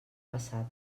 passat